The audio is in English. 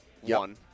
One